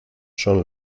son